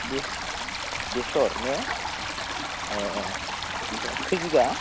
बेसर ने ओमफ्राय खै बिगा